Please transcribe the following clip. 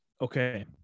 Okay